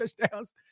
touchdowns